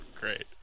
Great